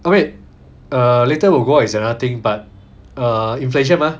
wait err later will go up is another thing but err inflation mah